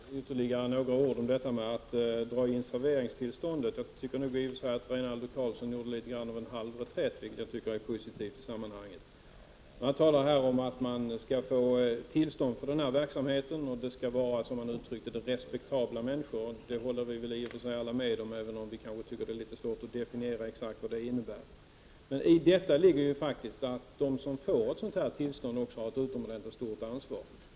Fru talman! Ytterligare några ord om att dra in serveringstillstånd. Rinaldo Karlsson gjorde en halv reträtt, vilket jag tycker är positivt. Han talar om här att den som skall få tillstånd skall vara en respektabel människa. Det håller vi alla med om, även om vi tycker att det kan vara litet svårt att definiera vad detta innebär. Men i det ligger att den som får ett tillstånd har ett utomordentligt stort ansvar.